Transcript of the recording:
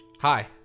Hi